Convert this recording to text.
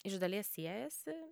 iš dalies siejasi